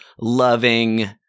loving